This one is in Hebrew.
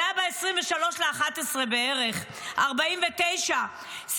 זה היה ב-23 בנובמבר 1949 בערך,